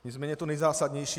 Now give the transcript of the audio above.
Nicméně to nejzásadnější.